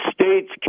states